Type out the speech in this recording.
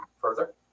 further